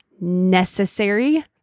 necessary